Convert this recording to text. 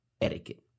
etiquette